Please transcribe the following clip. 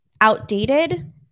outdated